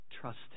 Trust